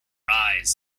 eyes